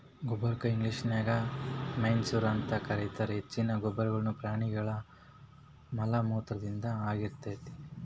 ಗೊಬ್ಬರಕ್ಕ ಇಂಗ್ಲೇಷನ್ಯಾಗ ಮೆನ್ಯೂರ್ ಅಂತ ಕರೇತಾರ, ಹೆಚ್ಚಿನ ಗೊಬ್ಬರಗಳು ಪ್ರಾಣಿಗಳ ಮಲಮೂತ್ರದಿಂದ ಆಗಿರ್ತೇತಿ